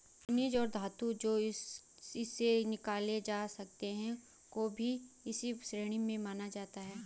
खनिज और धातु जो उनसे निकाले जा सकते हैं को भी इसी श्रेणी में माना जाता है